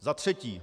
Za třetí,